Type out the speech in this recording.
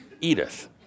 Edith